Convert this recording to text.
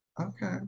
Okay